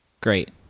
great